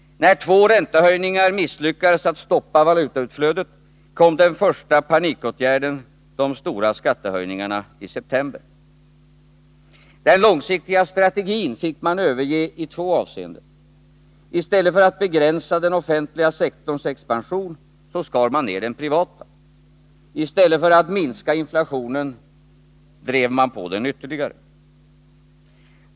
När två räntehöjningar misslyckades att stoppa valutautflödet, kom den första panikåtgärden: de stora skattehöjningarna i september. Den långsiktiga strategin fick man överge i två avseenden. I stället för att begränsa den offentliga sektorns expansion skar man ner den privata. I stället för att minska inflationen drev man på den ytterligare.